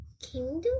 Kingdom